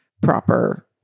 proper